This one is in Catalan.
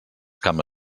cama